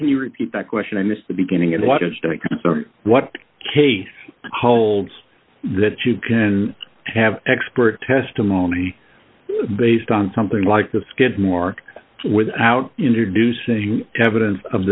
can you repeat that question i missed the beginning of a lot of what the case holds that you can have expert testimony based on something like the skidmore without introducing evidence of